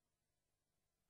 תם סדר-היום.